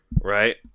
right